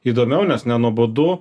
įdomiau nes nenuobodu